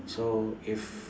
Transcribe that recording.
so if